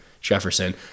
Jefferson